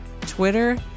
Twitter